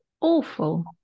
awful